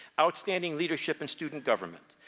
outstanding leadership and student government.